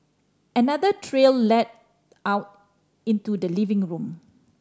another trail led out into the living room